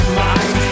mind